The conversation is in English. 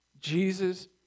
Jesus